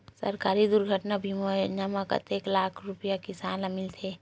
सहकारी दुर्घटना बीमा योजना म कतेक लाख रुपिया किसान ल मिलथे?